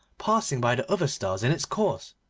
passing by the other stars in its course,